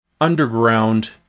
underground